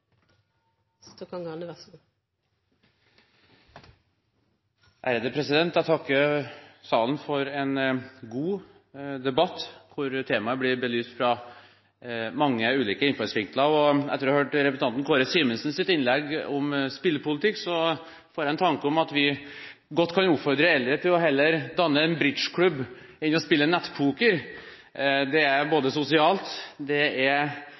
Jeg takker salen for en god debatt, hvor temaet blir belyst fra mange ulike innfallsvinkler. Etter å ha hørt representanten Kåre Simensens innlegg om spillepolitikk får jeg en tanke om at vi godt kan oppfordre eldre til heller å danne en bridgeklubb enn å spille nettpoker. Det er sosialt, det